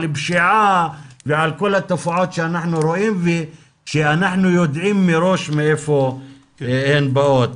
פשיעה ועל כל התופעות שאנחנו רואים שאנחנו יודעים מראש מאיפה הן באות.